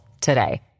today